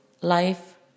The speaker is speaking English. life